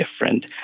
different